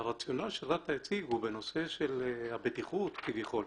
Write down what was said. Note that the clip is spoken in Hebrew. הרציונל שרת"א הציגו בנושא של הבטיחות כביכול,